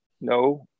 no